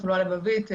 תחלואה לבבית,